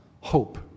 Hope